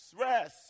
rest